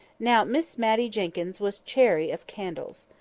now miss matty jenkyns was chary of candles.